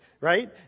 right